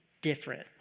different